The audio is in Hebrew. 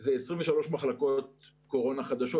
זה 23 מחלקות קורונה חדשות,